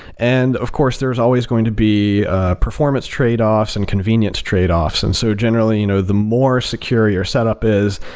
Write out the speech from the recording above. and of course, there's always going to be ah performance trade-offs and convenience trade-offs. and so generally, you know the more secure your setup is,